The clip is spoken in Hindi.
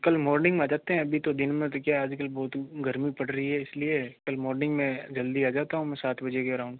कल मॉर्निंग में आ जाते हैं अभी तो दिन में तो क्या आजकल बहत गर्मी पड़ रही है इसलिए कल मॉर्निंग में जल्दी आ जाता हूँ मैं सात बजे के अराउन्ड